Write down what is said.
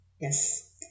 yes